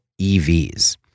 EVs